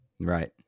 Right